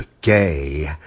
gay